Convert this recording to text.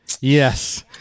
Yes